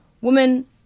Women